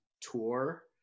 tour